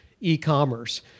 e-commerce